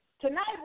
Tonight